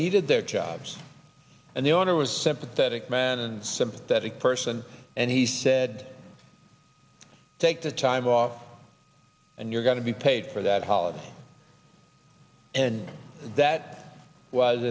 needed their jobs and the owner was sympathetic man and sympathetic person and he said take the time off and you're going to be paid for that holiday and that was